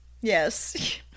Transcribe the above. Yes